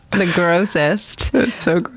and the grossest. that's so gross.